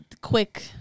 quick